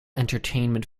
entertainment